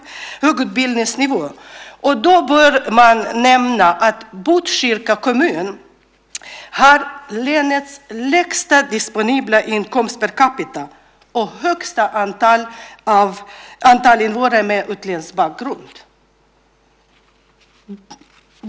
Man har en hög utbildningsnivå. Samtidigt bör man nämna att Botkyrka kommun har länets lägsta disponibla inkomst per capita och det högsta antalet invånare med utländsk bakgrund.